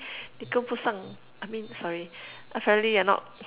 你跟不上： ni gen bu shang I mean sorry apparently you're not